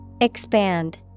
Expand